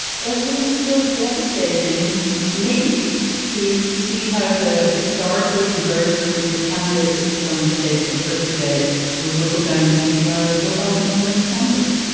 but it was still devastating to me to see how the historically diverse group of candidates that sat on the stage for the first debate was whittled down to joe biden and bernie sanders.